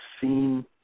seen